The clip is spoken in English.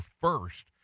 first